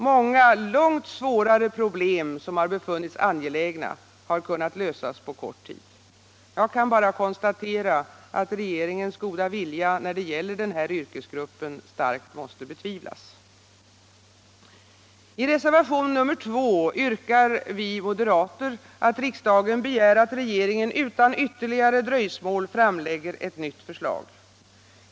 Många långt svårare problem, som befunnits angelägna, har kunnat lösas på kort tid. Jag kan bara konstatera att regeringens goda vilja då det gäller denna yrkesgrupp starkt måste betvivlas. I reservationen 2 yrkar vi moderater att riksdagen begär att regeringen utan ytterligare dröjsmål framlägger ett nytt förslag.